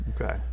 Okay